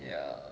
ya